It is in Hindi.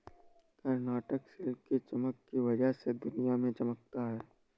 कर्नाटक सिल्क की चमक की वजह से दुनिया में चमकता है